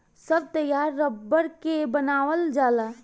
सब टायर रबड़ के बनावल जाला